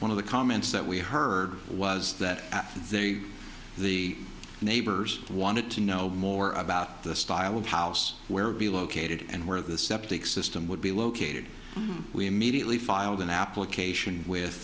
one of the comments that we heard was that they the neighbors wanted to know more about the style of house where be located and where the septic system would be located we immediately filed an application with